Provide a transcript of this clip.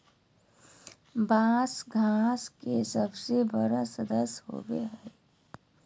बाँस घास के सबसे बड़ा सदस्य होबो हइ